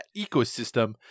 ecosystem